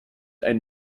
ein